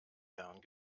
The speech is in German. jahren